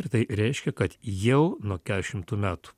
ir tai reiškia kad jau nuo keturiasdešimtų metų